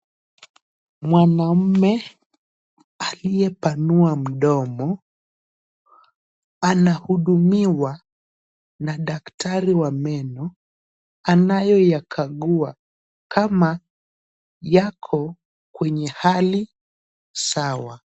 Mwanaume aliyepanua mdomo anahudumiwa na daktari wa meno anayeyakagua kama yako kwenye hali sawa.